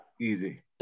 Easy